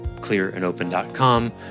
ClearAndOpen.com